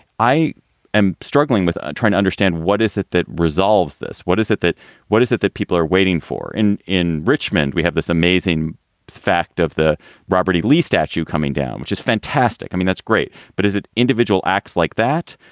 i am struggling with trying to understand what is it that resolves this? what is it that what is it that people are waiting for? in in richmond, we have this amazing fact of the robert e. lee statue coming down, which is fantastic. i mean, that's great. but is it individual acts like that?